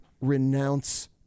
renounce